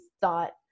thought